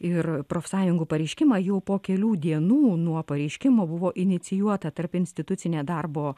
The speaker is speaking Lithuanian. ir profsąjungų pareiškimą jau po kelių dienų nuo pareiškimo buvo inicijuota tarpinstitucinė darbo